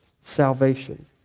salvation